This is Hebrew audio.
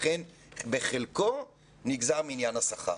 אכן בחלקו נגזר מעניין השכר.